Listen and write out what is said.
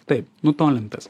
taip nutolintas